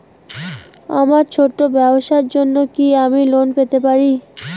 আমার ছোট্ট ব্যাবসার জন্য কি আমি লোন পেতে পারি?